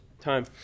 time